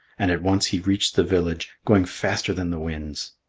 and at once he reached the village, going faster than the winds.